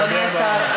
אדוני השר.